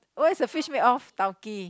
what is the fish made of tau-kee